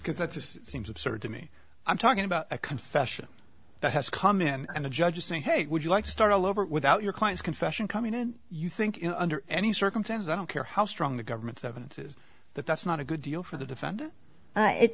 just seems absurd to me i'm talking about a confession that has come in and the judge is saying hey would you like to start all over without your client's confession coming in you think you know under any circumstances i don't care how strong the government's evidence is that that's not a good deal for the defendant